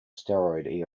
steroid